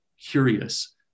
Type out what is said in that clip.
curious